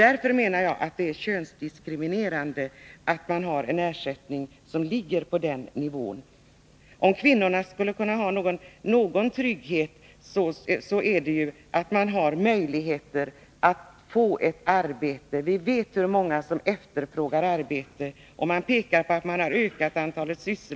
Därför menar jag att det är könsdiskriminerande att ha en ersättning som ligger på den nivån. Om kvinnorna skall ha någon trygghet måste de ha möjligheter att få arbete. Vi vet hur många kvinnor som efterfrågar arbete. Nu påpekas det att antalet sysselsatta har ökat.